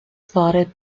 spotted